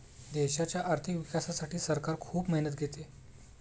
देशाच्या आर्थिक विकासासाठी सरकार खूप मेहनत घेते